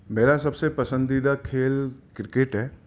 میرا سب سے پسندیدہ کھیل کرکٹ ہے